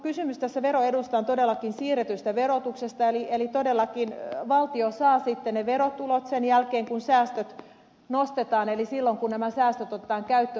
mutta tässä veroedussa on todellakin kysymys siirretystä verotuksesta eli todellakin valtio saa sitten ne verotulot sen jälkeen kun säästöt nostetaan eli silloin kun nämä säästöt otetaan käyttöön